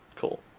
cool